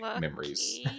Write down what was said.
Memories